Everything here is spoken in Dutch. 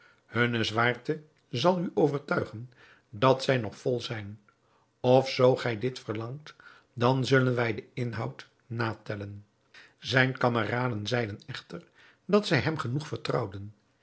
hunne zwaarte zal u overtuigen dat zij nog vol zijn of zoo gij dit verlangt dan zullen wij den inhoud natellen zijne kameraden zeiden echter dat zij hem genoeg vertrouwden